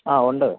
ആ ഉണ്ട്